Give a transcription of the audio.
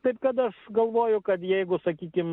taip kad aš galvoju kad jeigu sakykim